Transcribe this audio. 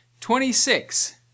Twenty-six